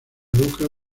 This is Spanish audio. lucas